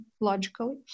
logically